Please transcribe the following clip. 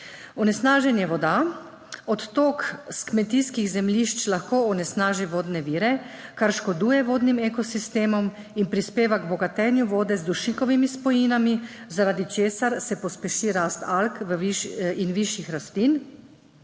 onesnaženje voda, odtok s kmetijskih zemljišč lahko onesnaži vodne vire, kar škoduje vodnim ekosistemom in prispeva k bogatenju vode z dušikovimi spojinami, zaradi česar se pospeši rast alg in višjih rastlin,